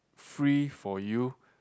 free for you